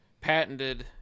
patented